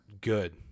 good